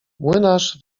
młynarz